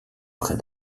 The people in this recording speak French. près